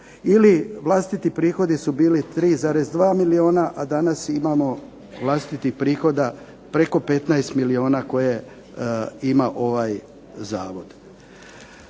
ili vlastiti prihodi su bili 3,2 milijuna a danas imamo vlastitih prihoda preko 15 milijuna koje ima ovaj zavod.